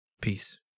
Peace